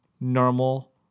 normal